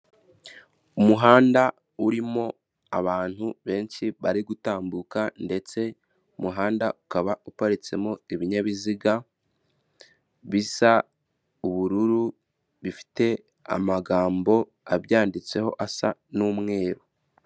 Umuhanda urimo abantu benshi bari gutambuka ndetse umuhanda ukaba uparitsemo ibinyabiziga bisa ubururu bifite amagambo abyanditseho asa n'umweru.